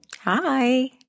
Hi